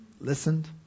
listened